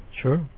Sure